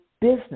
business